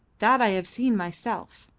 that i have seen myself.